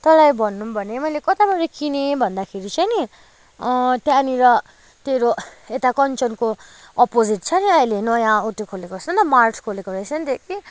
तँलाई भनौँ भने कताबाट किनेँ भन्दाखेरि चाहिँ नि त्यहाँनिर तेरो यता कञ्चनको अपोजिट छ नि अहिले नयाँ उत्यो खोलेको रहेछ नि मल्स खोलेको रहेछ नि त कि